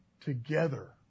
together